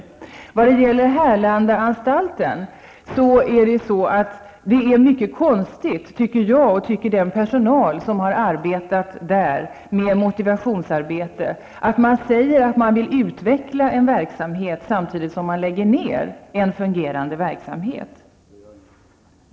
I vad gäller Härlandaanstalten vill jag säga att jag och den personal som har sysslat med motivationsarbete vid anstalten tycker att det är mycket konstigt att man säger att man vill utveckla en verksamhet samtidigt som man lägger ned en fungerande verksamhet.